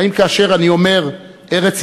האם כאשר אני אומר "ארץ-ישראל"